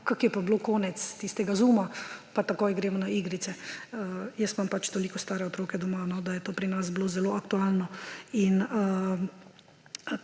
kakor je bilo pa konec tistega zooma, pa takoj grem na igrice. Jaz imam pač toliko stare otroke doma, da je to pri nas bilo zelo aktualno.